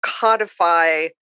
codify